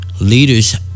leaders